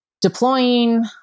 deploying